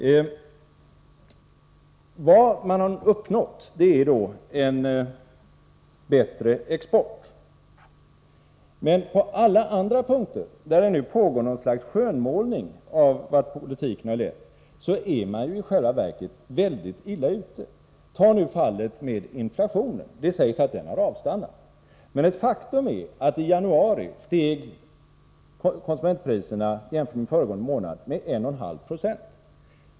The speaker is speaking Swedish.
Vad man har uppnått är en bättre export. Men på alla andra punkter — där det nu pågår någon sorts skönmålning av vad politiken har lett till — är man i själva verket mycket illa ute. Vi kan ta fallet med inflationen. Det sägs att den har avstannat, men ett faktum är att konsumentpriserna i januari steg med 1,5 96 jämfört med föregående månad.